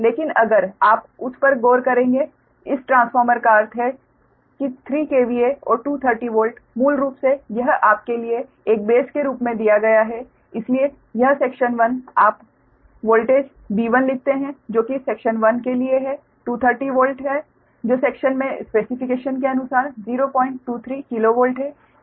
लेकिन अगर आप उस पर गौर करेंगे इस ट्रांसफार्मर का अर्थ है कि 3 KVA और 230 वोल्ट मूल रूप से यह आपके लिए एक बेस के रूप में दिया गया है इसलिए यह सेक्शन 1 आप B1 लिखते हैं जो कि सेक्शन 1 के लिए है 230 वोल्ट है जो सेक्शन में स्पेसीफ़िकेशन के अनुसार 023 किलोवोल्ट है